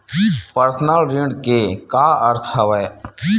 Personal ऋण के का अर्थ हवय?